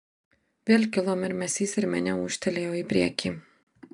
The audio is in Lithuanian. vėl kilo murmesys ir minia ūžtelėjo į priekį